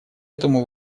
этому